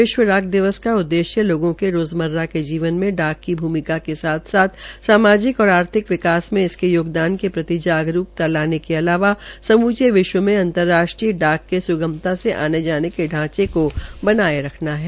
विश्व डाक दिवस का उद्देश्य लोंगों के रोजमर्रा के जीवन में डाक की भूमिका के साथ साथ सामाजिक और आर्थिक विकास में इसके योगदान के प्रति जागरूकता लाने के अलावा समूचे विश्व में अंतर्राष्ट्रीय डाक के सुगमता से आने जाने के ांचे को बनाये रखना है